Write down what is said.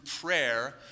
prayer